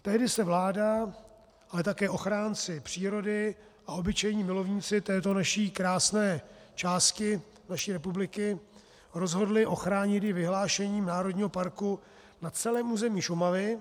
Tehdy se vláda a také ochránci přírody a obyčejní milovníci této naší krásné části republiky rozhodli ochránit ji vyhlášením národního parku na celém území Šumavy.